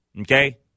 Okay